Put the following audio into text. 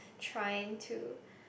trying to